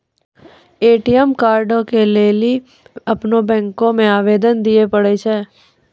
ATM कार्डो के लेली अपनो बैंको मे आवेदन दिये पड़ै छै